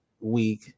week